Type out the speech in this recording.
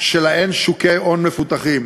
שלהן שוקי הון מפותחים.